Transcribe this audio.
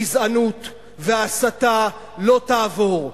הגזענות וההסתה לא יעברו.